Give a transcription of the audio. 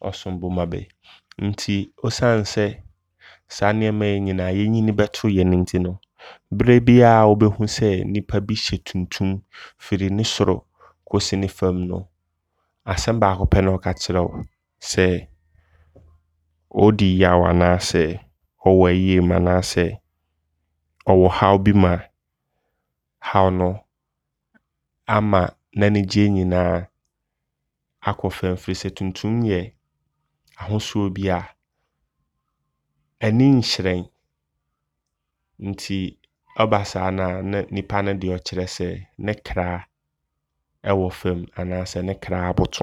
ɔsombo ma bɛ. Nti ɔsiane sɛ saa nneɛma wei nyinaa yɛ nyini bɛtooyɛ no nti. Berɛ biaa wobɛhu sɛ nnipa bi hyɛ tuntum firi ne soro kɔsi ne fam no asɛm baako pɛ ne ɔka kyerɛ wo. Sɛɛ ɔɔdi yaw anaasɛ ɔwɔ ayie mu anaasɛ ɔwɔ bi mu a, haw no ama n'ani gyeeɛ nyinaa kɔ fam. Firi sɛ tuntum yɛ ahosuo bia ani nhyerɛn. Nti ɔba saa na ne nnipa no de ɔɔkyerɛ sɛ ne kra wɔ fam anaasɛ ne kra aboto.